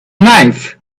knife